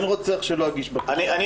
אין רוצח שלא יגיש בקשה.